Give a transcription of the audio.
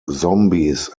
zombies